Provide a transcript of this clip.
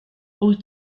wyt